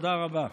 תודה רבה.